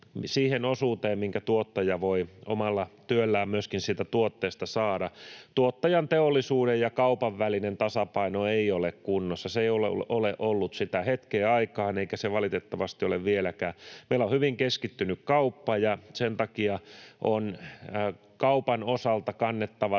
siihen osuuteen, minkä tuottaja voi omalla työllään myöskin siitä tuotteesta saada. Tuottajan, teollisuuden ja kaupan välinen tasapaino ei ole kunnossa. Se ei ole ollut sitä hetkeen aikaan eikä se valitettavasti ole vieläkään. Meillä on hyvin keskittynyt kauppa, ja sen takia on kaupan osalta kannettava